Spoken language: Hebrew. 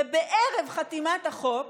ובערב חתימת החוק